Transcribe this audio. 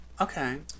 okay